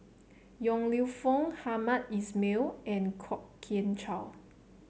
Yong Lew Foong Hamed Ismail and Kwok Kian Chow